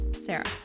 Sarah